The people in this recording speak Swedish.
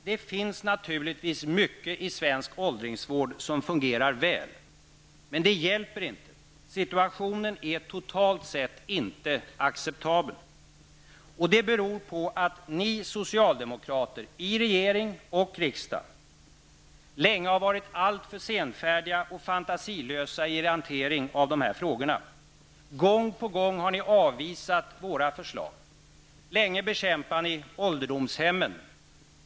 Det finns naturligtvis mycket i svensk åldringsvård som fungerar väl. Men det hjälper inte. Situationen är totalt sett inte acceptabel. Det beror på att ni socialdemokrater i regering och riksdag länge har varit alltför senfärdiga och fantasilösa i er hantering av de här frågorna. Gång på gång har ni avvisat våra förslag. Länge bekämpade ni ålderdomshemmen.